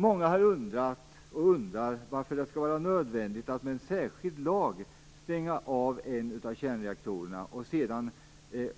Många har undrat och undrar varför det skall vara nödvändigt med en särskild lag för att stänga av en av kärnreaktorerna